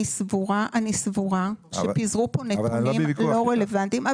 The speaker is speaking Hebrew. אני סבורה שפיזרו פה נתונים לא רלוונטיים.